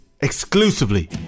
exclusively